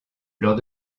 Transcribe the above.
lors